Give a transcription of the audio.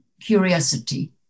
curiosity